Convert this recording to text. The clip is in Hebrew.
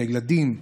את הילדים,